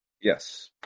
Yes